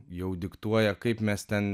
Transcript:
jau diktuoja kaip mes ten